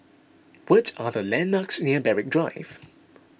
what are the landmarks near Berwick Drive